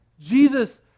Jesus